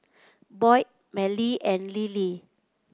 Boyd Mallie and Lily